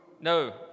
no